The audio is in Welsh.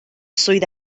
swydd